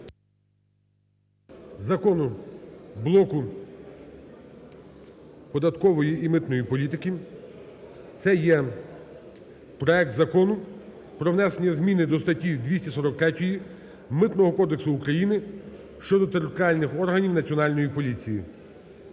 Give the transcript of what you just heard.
закону блоку податкової і митної політики, це є проект Закону про внесення зміни до статті 243 Митного кодексу України щодо територіальних органів Національної поліції.